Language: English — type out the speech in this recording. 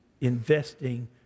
investing